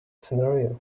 scenario